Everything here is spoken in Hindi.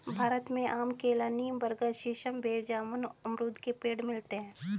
भारत में आम केला नीम बरगद सीसम बेर जामुन अमरुद के पेड़ मिलते है